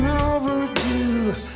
overdue